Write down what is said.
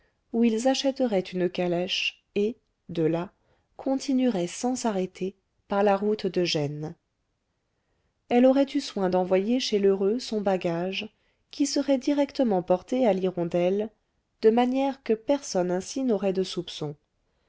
où ils achèteraient une calèche et de là continueraient sans s'arrêter par la route de gênes elle aurait eu soin d'envoyer chez lheureux son bagage qui serait directement porté à l'hirondelle de manière que personne ainsi n'aurait de soupçons